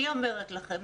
אני אומרת לכם,